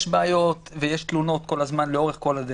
ויש תלונות לאורך כל הדרך.